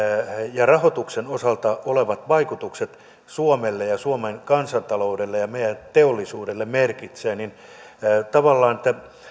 ja rahoituksen osalta olevat vaikutukset suomelle ja suomen kansantaloudelle ja meidän teollisuudelle merkitsevät pitäisi tavallaan